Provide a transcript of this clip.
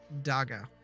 Daga